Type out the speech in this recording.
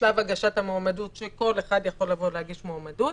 שלב הגשת המועמדות, שכל אחד יכול להגיש מועמדות,